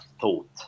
thought